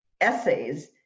essays